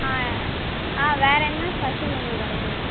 ஆ ஆ வேறு என்ன ஸ்பெஷல் உங்கள் கடையில்